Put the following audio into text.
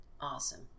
Awesome